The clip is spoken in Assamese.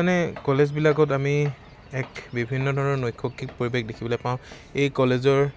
মানে কলেজবিলাকত আমি এক বিভিন্ন ধৰণৰ নৈসৰ্গিক পৰিৱেশ দেখিবলৈ পাওঁ এই কলেজৰ